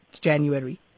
January